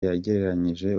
yagereranyije